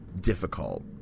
difficult